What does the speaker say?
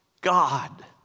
God